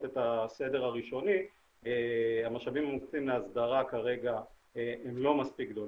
את הסדר הראשוני המשאבים שמוקצים להסדרה כרגע הם לא מספיק גדולים.